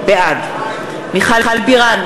בעד מיכל בירן,